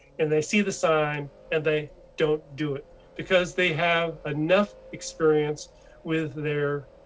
and they see the sign and they don't do it because they have enough experience with their.